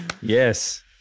Yes